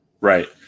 Right